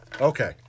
Okay